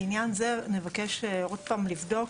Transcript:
לעניין זה נבקש עוד פעם לבדוק,